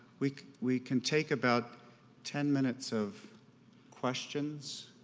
we we can take about ten minutes of questions